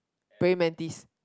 praying mantis